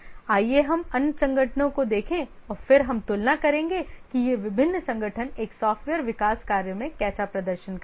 आइए हम अन्य संगठनों को देखें और फिर हम तुलना करेंगे कि ये विभिन्न संगठन एक सॉफ्टवेयर विकास कार्य में कैसा प्रदर्शन करते हैं